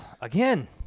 Again